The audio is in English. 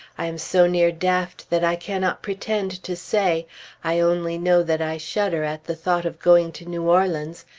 i am so near daft that i cannot pretend to say i only know that i shudder at the thought of going to new orleans,